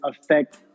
affect